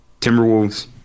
Timberwolves